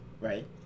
right